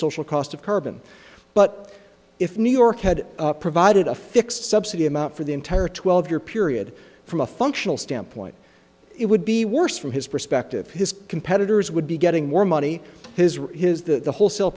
social cost of carbon but if new york had provided a fixed subsidy amount for the entire twelve year period from a functional standpoint it would be worse from his perspective his competitors would be getting more money his or his the wholesale